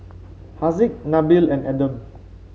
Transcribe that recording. Haziq Nabil and Adam